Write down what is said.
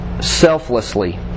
selflessly